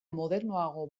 modernoago